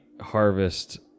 harvest